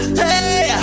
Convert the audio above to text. hey